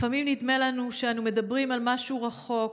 לפעמים נדמה לנו שאנו מדברים על משהו רחוק,